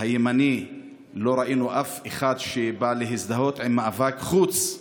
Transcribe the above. הימני לא ראינו אף אחד שבא להזדהות עם המאבק, חוץ,